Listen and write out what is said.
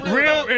real